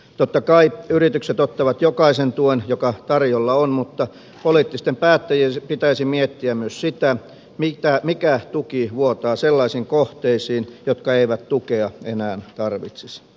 totta kai yritykset ottavat jokaisen tuen joka tarjolla on mutta poliittisten päättäjien pitäisi miettiä myös sitä mikä tuki vuotaa sellaisiin kohteisiin jotka eivät tukea enää tarvitsisi